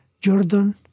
Jordan